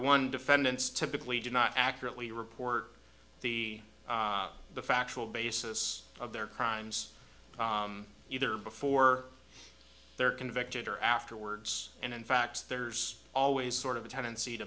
one defendants typically do not accurately report the the factual basis of their crimes either before they're convicted or afterwards and in fact there's always sort of a tendency to